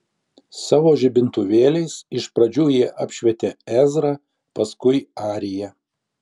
savo žibintuvėliais iš pradžių jie apšvietė ezrą paskui ariją